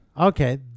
okay